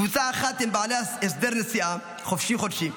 קבוצה אחת הם בעלי הסדר נסיעה, חופשי-חודשי,